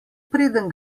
preden